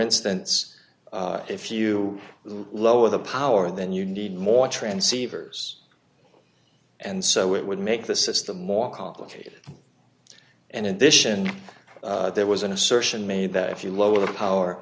instance if you lower the power then you need more transceivers and so it would make the system more complicated and addition there was an assertion made that if you lower the power